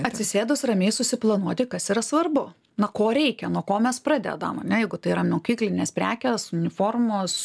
atsisėdus ramiai susiplanuoti kas yra svarbu na ko reikia nuo ko mes pradedam ane jeigu tai yra mokyklinės prekės uniformos